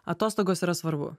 atostogos yra svarbu